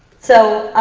so